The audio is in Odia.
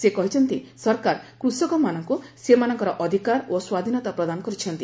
ସେ କହିଛନ୍ତି ସରକାର କୃଷକମାନଙ୍କୁ ସେମାନଙ୍କର ଅଧିକାର ଓ ସ୍ୱାଧୀନତା ପ୍ରଦାନ କରିଛନ୍ତି